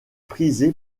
prisé